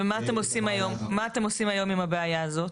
ומה אתם עושים היום עם הבעיה הזאת?